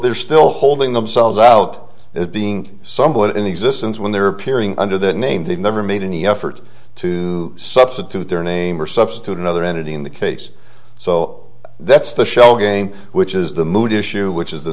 they're still holding themselves out as being somewhat in existence when they're appearing under that name they never made any effort to substitute their name or substitute another entity in the case so that's the shell game which is the mood issue which is the